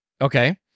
okay